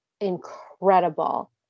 incredible